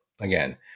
again